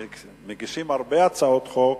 שמגישים הרבה הצעות חוק,